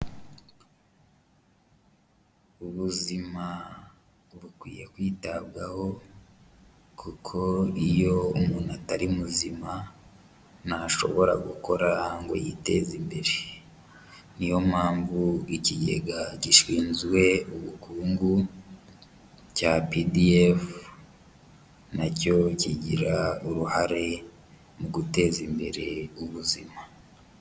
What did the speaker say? Ubuzima bukwiye kwitabwaho kuko iyo umuntu atari muzima, ntashobora gukora ngo yiteze imbere, niyo mpamvu ikigega gishinzwe ubukungu cya BDF na cyo kigira uruhare mu guteza imbere ubuzima.